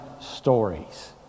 stories